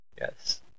Yes